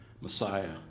Messiah